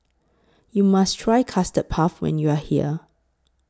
YOU must Try Custard Puff when YOU Are here